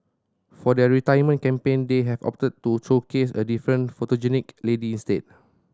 for their retirement campaign they have opted to showcase a different photogenic lady instead